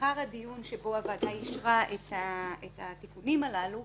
לאחר הדיון שבו הוועדה אישרה את התיקונים הללו,